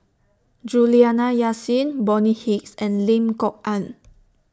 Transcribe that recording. Juliana Yasin Bonny Hicks and Lim Kok Ann